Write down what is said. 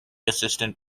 assistant